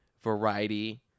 variety